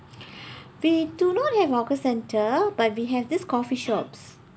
we do not have hawker center but we have this coffee shops